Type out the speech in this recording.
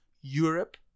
Europe